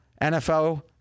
NFL